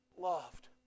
loved